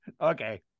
okay